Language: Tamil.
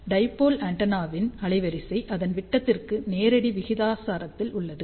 டைபோல் ஆண்டெனாவின் அலைவரிசை அதன் விட்டத்திற்கு நேரடி விகிதாசாரத்தில் உள்ளது